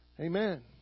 amen